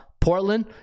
Portland